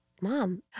Mom